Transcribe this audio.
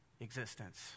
existence